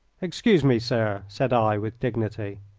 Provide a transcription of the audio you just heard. excuse me, sir! said i, with dignity.